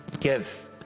give